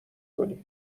کنی